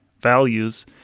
values